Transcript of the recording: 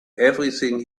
everything